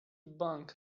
bank